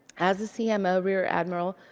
as a cmo rear admiral,